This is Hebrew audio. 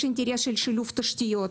יש אינטרס של שילוב תשתיות.